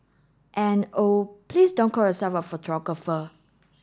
and oh please don't call yourself a photographer